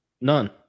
None